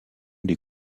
des